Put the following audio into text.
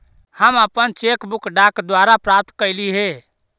हम अपन cheque book डाक द्वारा प्राप्त कईली हे